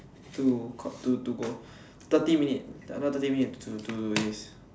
to con~ to to go thirty minutes not not thirty minutes to do this